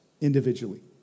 individually